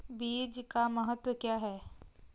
बीज का महत्व क्या है?